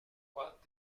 what